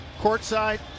courtside